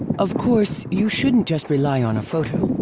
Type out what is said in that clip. of course, you shouldn't just rely on a photo.